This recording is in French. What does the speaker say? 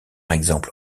exemple